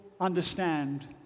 understand